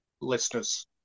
listeners